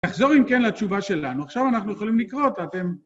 נחזור אם כן לתשובה שלנו. עכשיו אנחנו יכולים לקרוא אותה, אתם...